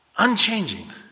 Unchanging